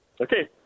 Okay